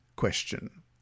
question